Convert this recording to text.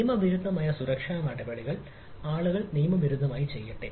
നിയമവിരുദ്ധമായ സുരക്ഷാ നടപടികൾ ആളുകൾ നിയമവിരുദ്ധമായി ചെയ്യട്ടെ